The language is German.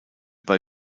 bei